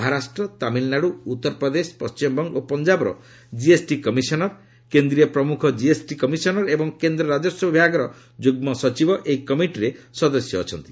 ମହାରାଷ୍ଟ୍ର ତାମିଲ୍ନାଡୁ ଉତ୍ତର ପ୍ରଦେଶ ପଣ୍ଟିମବଙ୍ଗ ଓ ପଞ୍ଜାବର GST commissioner କେନ୍ଦ୍ରୀୟ ପ୍ରମୁଖ ଜିଏସ୍ଟି କମିଶନର୍ ଏବଂ କେନ୍ଦ୍ର ରାଜସ୍ୱ ବିଭାଗର ଯୁଗ୍କ ସଚିବ ଏହି କମିଟିର ସଦସ୍ୟ ଅଛନ୍ତି